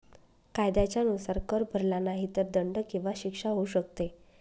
कायद्याच्या नुसार, कर भरला नाही तर दंड किंवा शिक्षा होऊ शकते